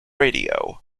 radio